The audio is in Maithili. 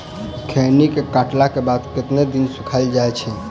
खैनी केँ काटला केँ बाद कतेक दिन सुखाइल जाय छैय?